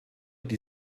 die